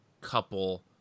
couple –